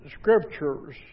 scriptures